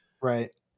Right